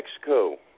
Mexico